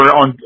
on